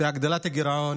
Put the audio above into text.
בהגדלת הגירעון,